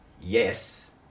yes